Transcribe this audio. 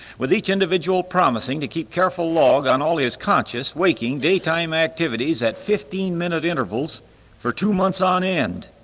with each individual promising to keep careful log on all his conscious waking daytime activities at fifteen-minute intervals for two months on end.